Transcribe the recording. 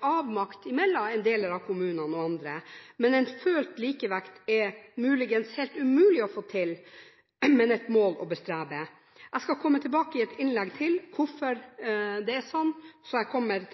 avmakt mellom deler av kommunene og andre. En følt likevekt er muligens helt umulig å få til, men det er et mål å strebe etter. Jeg skal komme tilbake i et senere innlegg med hvorfor det er sånn. Jeg håper jeg